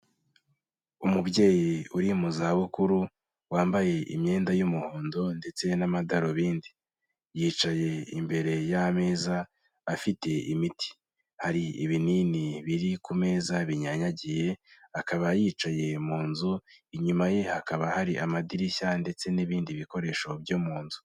Umubyeyi uri mu za bukuru wambaye imyenda y'umuhondo ndetse n'amadarubindi, yicaye imbere y'ameza afite imiti, hari ibinini biri ku meza binyanyagiye, akaba yicaye mu nzu, inyuma ye hakaba hari amadirishya ndetse n'ibindi bikoresho byo mu nzu.